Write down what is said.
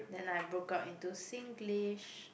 then I broke out into Singlish